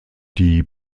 die